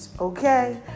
okay